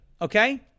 Okay